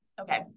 Okay